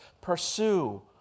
pursue